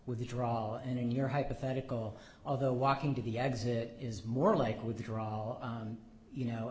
withdrawal and in your hypothetical although walking to the exit is more like withdrawal you know